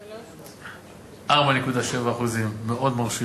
שלוש נקודה, 4.7%. מאוד מרשים